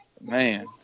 man